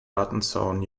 lattenzaun